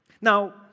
Now